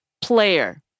player